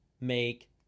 make